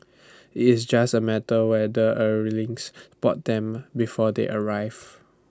IT is just A matter whether Earthlings spot them before they arrive